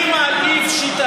מה אתה מספר לנו סיפורים?